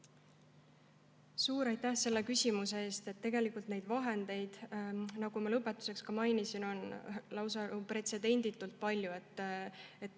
Suur aitäh selle küsimuse eest! Tegelikult neid vahendeid, nagu ma enne ka mainisin, on lausa pretsedenditult palju.